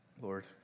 Lord